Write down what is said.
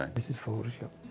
um this is photoshop.